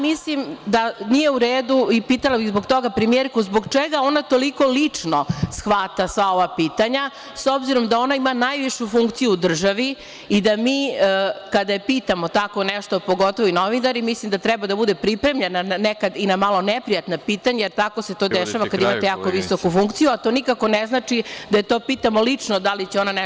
Mislim da to nije u redu i pitala bih premijerku zbog čega ona toliko lično shvata sva ova pitanja, s obzirom da ona ima najvišu funkciju u državi i da mi kada je pitamo tako nešto, pogotovo novinari, mislim da treba da bude pripremljena nekad i na malo neprijatna pitanja, jer tako se to dešava kada imate jako visoku funkciju, a to nikako ne znači da je to pitamo lično da li će ona nekog…